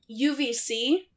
UVC